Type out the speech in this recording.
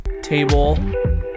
table